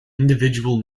individual